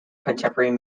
contemporary